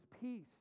peace